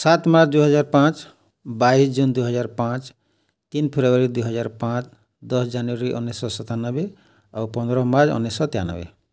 ସାତ ମାର୍ଚ୍ଚ ଦୁଇହଜାର ପାଞ୍ଚ ବାଇଶି ଜୁନ ଦୁଇହଜାର ପାଞ୍ଚ ତିନି ଫେବୃଆରୀ ଦୁଇହଜାର ପାଞ୍ଚ ଦଶ ଜାନୁଆରୀ ଉଣେଇଶିଶହ ସତାନବେ ଆଉ ପନ୍ଦର ମାର୍ଚ୍ଚ ଉଣେଇଶିଶହ ତେୟାନବେ